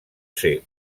ser